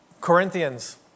Corinthians